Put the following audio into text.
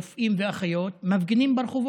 רופאים ואחיות מפגינים ברחובות.